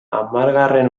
hamargarren